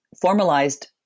formalized